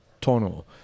Tunnel